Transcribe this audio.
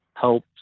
help